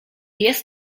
jest